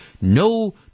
No